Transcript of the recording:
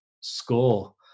score